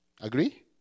Agree